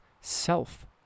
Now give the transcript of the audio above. self